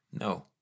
no